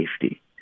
safety